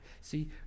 See